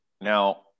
Now